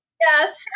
Yes